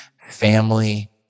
family